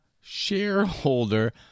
shareholder